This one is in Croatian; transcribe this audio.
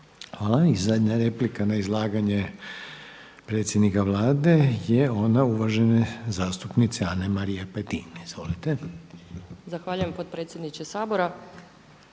Hvala. I zadnja replika na izlaganje predsjednika Vlade je ona uvažene zastupnice Ane-Marije Petin. Izvolite. **Petin, Ana-Marija (HSS)** Zahvaljujem potpredsjedniče Sabora.